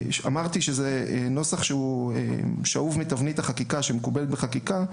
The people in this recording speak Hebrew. זהו נוסח ששאוב מתבנית החקיקה שמקובלת בחקיקה,